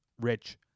rich